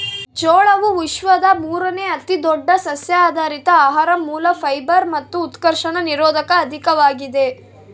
ಜೋಳವು ವಿಶ್ವದ ಮೂರುನೇ ಅತಿದೊಡ್ಡ ಸಸ್ಯಆಧಾರಿತ ಆಹಾರ ಮೂಲ ಫೈಬರ್ ಮತ್ತು ಉತ್ಕರ್ಷಣ ನಿರೋಧಕ ಅಧಿಕವಾಗಿದೆ